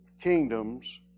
kingdoms